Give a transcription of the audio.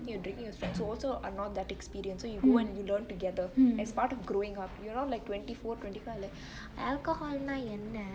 when you're drinking you're drinking with friends are also not that experienced so you go and you learn together is part of growing up like twenty four twenty five alcohol னா என்ன:naa enne